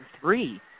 three